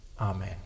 amen